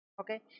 Okay